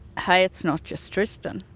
hey, it's not just tristan,